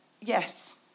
yes